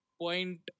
point